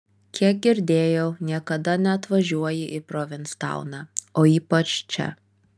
kiek girdėjau niekada neatvažiuoji į provinstauną o ypač čia